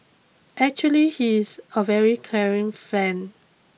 actually he is a very caring friend